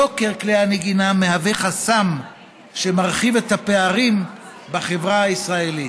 יוקר כלי הנגינה מהווה חסם שמרחיב את הפערים בחברה הישראלית.